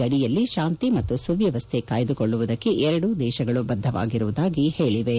ಗಡಿಯಲ್ಲಿ ಶಾಂತಿ ಮತ್ತು ಸುವ್ಯವಸ್ಥೆಯನ್ನು ಕಾಯ್ದುಕೊಳ್ಳುವುದಕ್ಕೆ ಎರಡೂ ದೇಶಗಳು ಬದ್ದವಾಗಿರುವುದಾಗಿ ಹೇಳಿವೆ